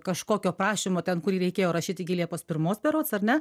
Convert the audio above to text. kažkokio prašymo ten kurį reikėjo rašyt iki liepos pirmos berods ar ne